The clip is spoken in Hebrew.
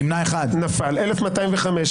הצבעה לא אושרו.